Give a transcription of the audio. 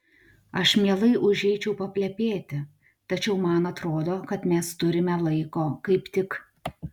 aš mielai užeičiau paplepėti tačiau man atrodo kad mes turime laiko kaip tik